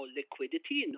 liquidity